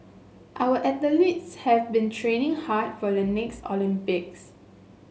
our athletes have been training hard for the next Olympics